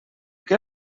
què